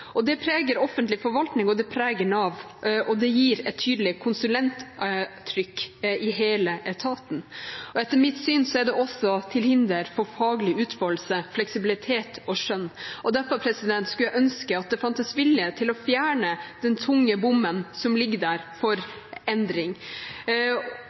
og individuell målstyring. Det preger offentlig forvaltning, det preger Nav, og det gir et tydelig konsulenttrykk i hele etaten. Etter mitt syn er det også til hinder for faglig utfoldelse, fleksibilitet og skjønn. Derfor skulle jeg ønske at det fantes vilje til å fjerne den tunge bommen som